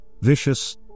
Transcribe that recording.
vicious